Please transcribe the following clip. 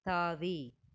தாவி